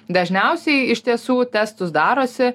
dažniausiai iš tiesų testus darosi